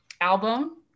album